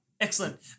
excellent